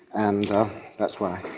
and that's why.